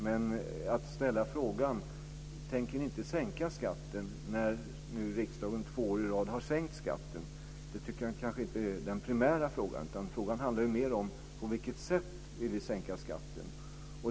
Men att ställa frågan: Tänker ni inte sänka skatten? när nu riksdagen två år i rad har sänkt skatten kanske inte är det primära. Frågan handlar mer om på vilket sätt vi vill sänka skatten.